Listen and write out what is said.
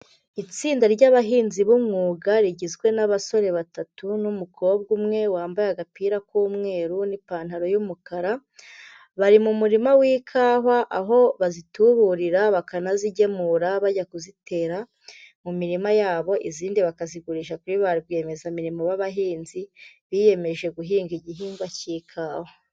Itsinda ry'abahinzi b'umwuga rigizwe n'abasore batatu n'umukobwa umwe wambaye agapira k'umweru n'ipantaro y'umukara, bari mu murima w'ikawa aho bazituburira bakanazigemura bajya kuzitera mu mirima yabo izindi bakazigurisha kuri ba rwiyemezamirimo b'abahinzi biyemeje guhinga igihingwa cy'ikawa.